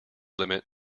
limit